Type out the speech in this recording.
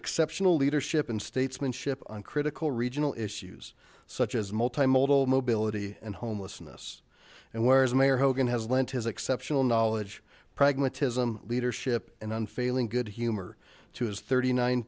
exceptional leadership and statesmanship on critical regional issues so as multi modal mobility and homelessness and where as mayor hogan has lent his exceptional knowledge pragmatism leadership and unfailing good humor to his thirty nine